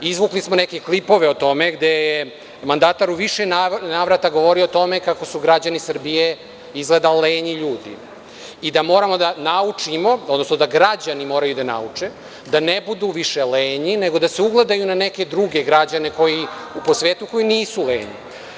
Izvukli smo neke klipove o tome gde je mandatar u više navrata govorio o tome kako su građani Srbije izgleda lenji ljudi i da moramo da naučimo, odnosno da građani moraju da nauče da ne budu više lenji nego da se ugledaju na neke druge građane po svetu koji nisu lenji.